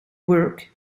work